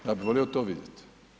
Ja bih volio to vidjeti.